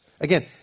Again